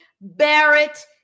Barrett